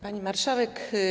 Pani Marszałek!